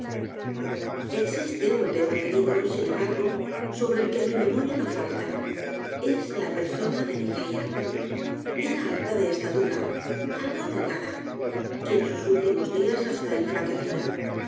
existe un tema querido sin embargo sobre el que mi memoria no falta e s la persona de ligeia era alta de estatura algo delgada y en sus últimos días hasta enflaquecida